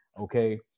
Okay